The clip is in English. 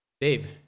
Dave